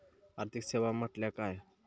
आर्थिक सेवा म्हटल्या काय?